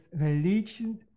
religion